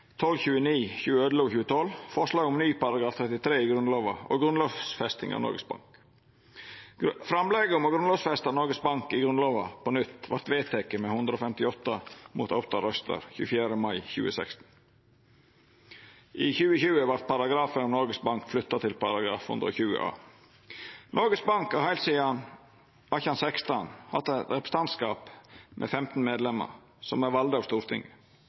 forslag om ny § 33 i Grunnlova, om grunnlovfesting av Noregs Bank. Framlegget om å grunnlovfesta Noregs Bank på nytt vart vedteke med 158 mot 8 røyster 24. mai 2016. I 2020 vart paragrafen om Noregs Bank flytta til § 120 a. Noregs Bank har heilt sidan 1816 hatt eit representantskap med 15 medlemer som er valde av Stortinget.